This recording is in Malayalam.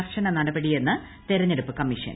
കർശന നടപടിയെന്ന് തെരഞ്ഞെടുപ്പ് കമ്മീഷൻ